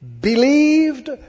Believed